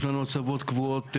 יש לנו הצבות קבועות,